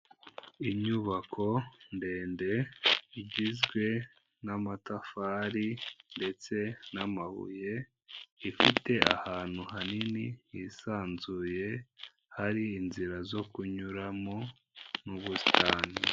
Inyubako ndende igizwe n'amatafari ndetse n'amabuye, ifite ahantu hanini hisanzuye, hari inzira zo kunyuramo n'ubusitani.